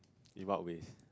in what ways